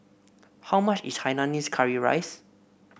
how much is Hainanese Curry Rice